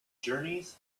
journeys